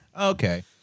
Okay